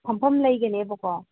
ꯐꯝꯐꯝ ꯂꯩꯒꯅꯦꯕꯀꯣ